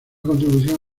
contribución